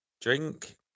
drink